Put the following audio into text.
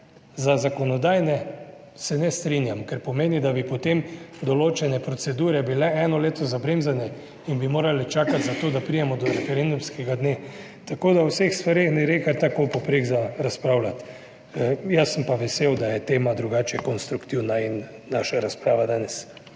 za zakonodajne se ne strinjam, kar pomeni, da bi potem določene procedure bile eno leto zabremzane in bi morali čakati za to, da pridemo do referendumskega dne, tako da o vseh stvareh ne gre kar tako povprek za razpravljati. Jaz sem pa vesel, da je tema drugače konstruktivna in naša razprava danes.